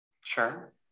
Sure